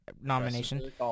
nomination